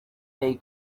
they